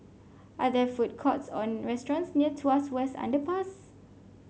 are there food courts or restaurants near Tuas West Underpass